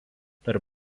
tarp